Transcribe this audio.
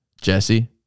Jesse